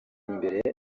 mbere